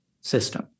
system